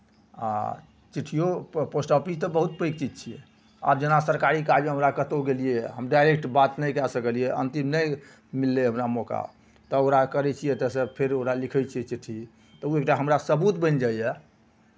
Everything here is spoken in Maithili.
आ चिट्ठीओ प पोस्ट ऑफिस तऽ बहुत पैघ चीज छियै आ जेना सरकारी कार्यमे हम कतहु गेलियैए हम डायरेक्ट बात नहि कए सकलियै अन्तिम नहि मिललै हमरा मौका तऽ ओकरा करै छियै एतयसँ फेर ओकरा लिखै छियै चिट्ठी तऽ ओ एक टा हमरा सबूत बनि जाइए